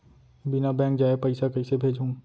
बिना बैंक जाये पइसा कइसे भेजहूँ?